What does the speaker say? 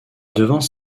devance